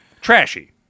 trashy